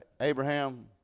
Abraham